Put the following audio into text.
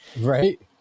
right